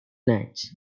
nights